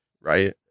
right